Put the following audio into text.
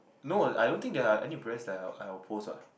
no I don't think there are any brands that I'll I'll post what